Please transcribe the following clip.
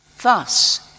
Thus